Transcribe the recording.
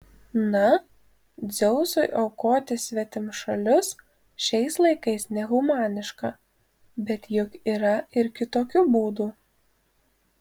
na dzeusui aukoti svetimšalius šiais laikais nehumaniška bet juk yra ir kitokių būdų